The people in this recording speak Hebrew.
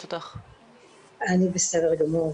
אני בסדר גמור.